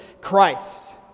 Christ